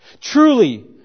Truly